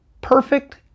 Perfect